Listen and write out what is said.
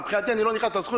מבחינתי אני לא נכנס לסכום,